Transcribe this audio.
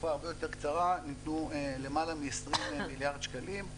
בתקופה הרבה יותר קצרה ניתנו למעלה מ-20 מיליארד שקלים.